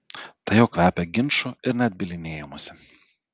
tai jau kvepia ginču ir net bylinėjimusi